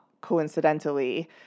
coincidentally